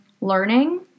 learning